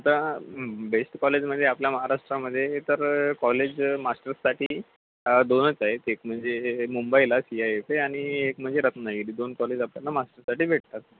आता best college म्हणजे आपल्या महाराष्ट्रामध्ये तर कॉलेज मास्टर्ससाठी दोनच आहेत एक म्हणजे मुंबईला सी आय एस ए आणि एक म्हणजे रत्नागिरी दोन कॉलेज आपल्याला मास्टर्ससाठी भेटतात